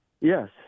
Yes